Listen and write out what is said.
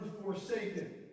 forsaken